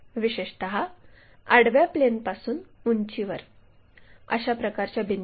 विशेषत आडव्या प्लेनपासून उंचीवर अशा प्रकारच्या बिंदूंसाठी